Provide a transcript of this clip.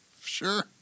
Sure